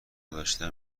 گذشته